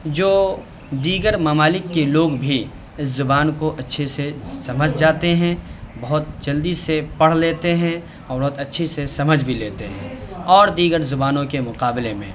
جو دیگر ممالک کے لوگ بھی اس زبان کو اچھے سے سمجھ جاتے ہیں بہت جلدی سے پڑھ لیتے ہیں اور بہت اچھی سے سمجھ بھی لیتے ہیں اور دیگر زبانوں کے مقابلے میں